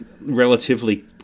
relatively